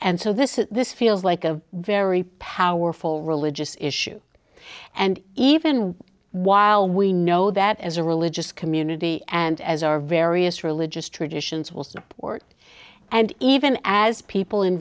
and so this is this feels like a very powerful religious issue and even while we know that as a religious community and as our various religious traditions will support and even as people in